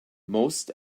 most